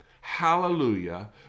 hallelujah